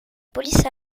police